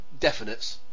definites